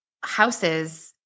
houses